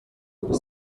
bis